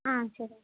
ஆ சரி